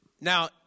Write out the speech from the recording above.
Now